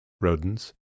rodents